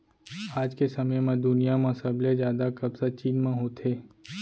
आज के समे म दुनिया म सबले जादा कपसा चीन म होथे